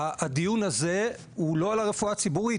הדיון הזה הוא לא על הרפואה הציבורית,